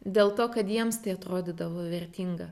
dėl to kad jiems tai atrodydavo vertinga